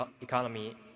economy